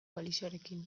koalizioarekin